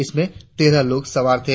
इसमें तेरह लोग सवार थे